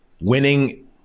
winning